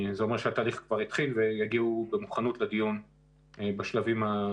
זה אומר שהתהליך כבר התחיל ויגיעו במוכנות לדיון בתאריכים שציינתי.